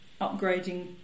upgrading